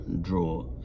draw